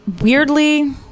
weirdly